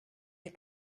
des